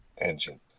engine